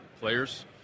players